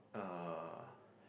uh